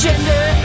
Gender